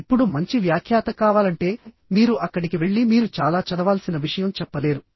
ఇప్పుడు మంచి వ్యాఖ్యాత కావాలంటే మీరు అక్కడికి వెళ్లి మీరు చాలా చదవాల్సిన విషయం చెప్పలేరు